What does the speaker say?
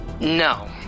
No